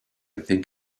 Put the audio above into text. think